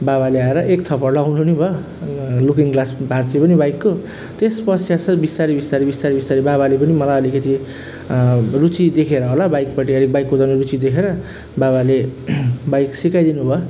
बाबाले आएको एक थप्पड लगाउनु पनि भयो अनि लुकिङ ग्लास भाँचियो पनि बाइकको त्यस पश्चात चाहिँ बिस्तारै बिस्तारै बिस्तारै बाबाले पनि मलाई अलिकति रुचि देखेर होला बाइकपट्टि अलिक बाइक कुदाउने रुचि देखेर बाबाले बाइक सिकाइदिनु भयो